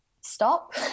Stop